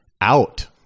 out